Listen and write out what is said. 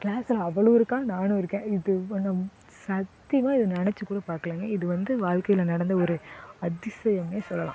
க்ளாஸில் அவளும் இருக்காள் நானும் இருக்கேன் இது ஒன்றும் சத்தியமாக இது நெனைச்சு கூட பார்க்கலங்க இது வந்து வாழ்க்கையில் நடந்த ஒரு அதிசயம்னே சொல்லலாம்